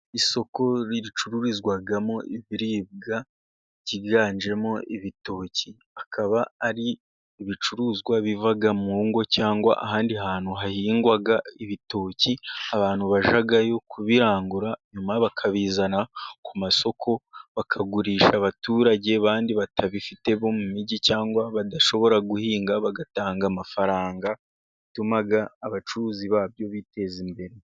Isoku ricururizwamo ibiribwa byiganjemo ibitoki, akaba ari ibicuruzwa biva mu ngo cyangwa ahandi hantu hahingwa ibitoki. Abantu bajyayo kubirangura nyuma bakabizana ku masoko bakagurisha abaturage. Kandi abatabifite bo mu mijyi cyangwa badashobora guhinga bagatanga amafaranga yatuma abacuruzi babyo biteza imbere.